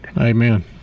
Amen